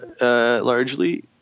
largely